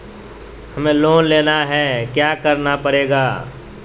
हमें लोन लेना है क्या क्या करना पड़ेगा?